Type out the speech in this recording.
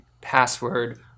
password